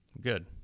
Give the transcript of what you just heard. Good